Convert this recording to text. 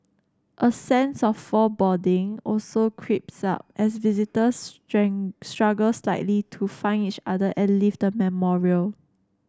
a sense of foreboding also creeps up as visitors struggle slightly to find each other and leave the memorial